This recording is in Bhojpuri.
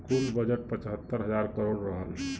कुल बजट पचहत्तर हज़ार करोड़ रहल